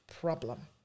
problem